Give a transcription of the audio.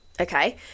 okay